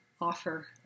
offer